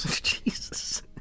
Jesus